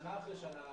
שנה אחר שנה,